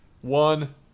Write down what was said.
One